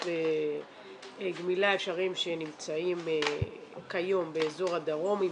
גמילה אפשריים שנמצאים כיום באזור הדרום,